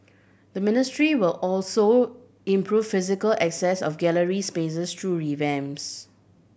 the ministry will also improve physical access of gallery spaces through revamps